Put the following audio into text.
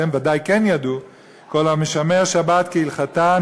שהם ודאי כן ידעו: כל המשמר שבת כהלכתה,